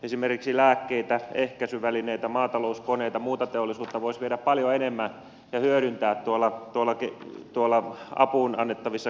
esimerkiksi lääkkeitä ehkäisyvälineitä maatalouskoneita muuta teollisuutta voisi viedä paljon enemmän ja hyödyntää tuolla kohteissa joihin annetaan apua